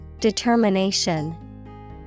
determination